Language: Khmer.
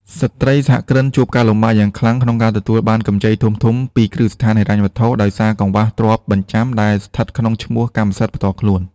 ស្ត្រីសហគ្រិនជួបការលំបាកយ៉ាងខ្លាំងក្នុងការទទួលបានកម្ចីធំៗពីគ្រឹះស្ថានហិរញ្ញវត្ថុ ដោយសារកង្វះទ្រព្យបញ្ចាំដែលស្ថិតក្នុងឈ្មោះកម្មសិទ្ធិផ្ទាល់ខ្លួន។